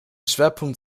schwerpunkt